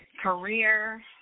career